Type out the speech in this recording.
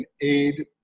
aid